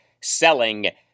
selling